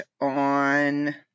on